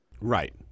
Right